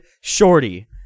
Shorty